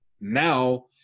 now